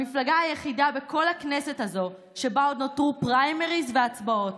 המפלגה היחידה בכל הכנסת הזאת שבה עוד נותרו פריימריז והצבעות,